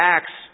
Acts